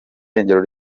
irengero